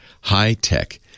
high-tech